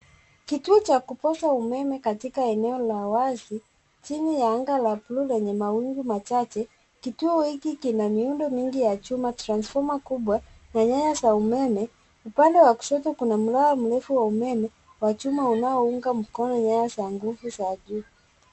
Kituo cha kupoza umeme katika eneo la wazi chini ya anga la buluu lenye mawingu machache. Kituo hiki kina miundo mingi ya chuma, transfoma kubwa na nyaya za umeme. Upande wa kushoto kuna mnara mrefu wa umeme wa chuma unaounga mkono nyaya za nguvu za juu.